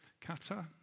kata